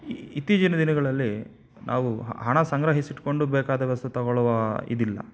ಇತ್ತೀಚಿನ ದಿನಗಳಲ್ಲಿ ನಾವು ಹಣ ಸಂಗ್ರಹಿಸಿಟ್ಟುಕೊಂಡು ಬೇಕಾದಾಗ ಸಹ ತಗೊಳ್ಳುವ ಇದಿಲ್ಲ